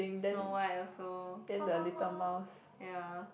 Snow-White also ya